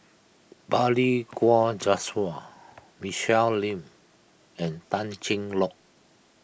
Balli Kaur Jaswal Michelle Lim and Tan Cheng Lock